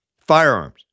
firearms